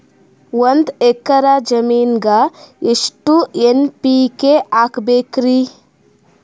ಒಂದ್ ಎಕ್ಕರ ಜಮೀನಗ ಎಷ್ಟು ಎನ್.ಪಿ.ಕೆ ಹಾಕಬೇಕರಿ?